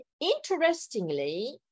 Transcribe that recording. Interestingly